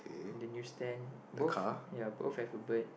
the news stand both ya both have a bird